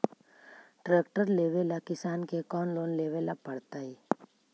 Tractor लेवेला किसान के कौन लोन लेवे पड़तई?